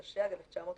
התשי"ג-1953.".